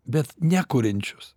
bet nekuriančius